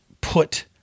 put